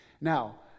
Now